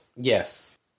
Yes